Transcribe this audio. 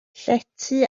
llety